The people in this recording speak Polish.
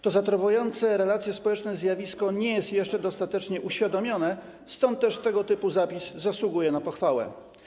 To zatruwające relacje społeczne zjawisko nie jest jeszcze dostatecznie uświadomione, stąd też tego typu zapis zasługuje na pochwałę.